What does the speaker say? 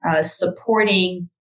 supporting